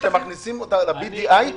ושאתם מכניסים אותם ל-BDI,